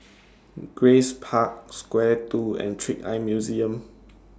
Grace Park Square two and Trick Eye Museum